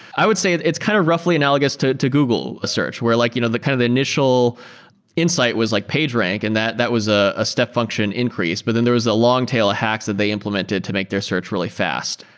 i would say it's kind of roughly analogous to to google ah search, where like you know the kind of initial insight was like page rank. and that that was ah a step function increase. but then there was a long tail of hacks that they implemented to make their search really fast.